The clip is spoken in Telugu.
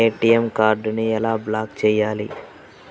ఏ.టీ.ఎం కార్డుని ఎలా బ్లాక్ చేయాలి?